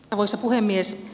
arvoisa puhemies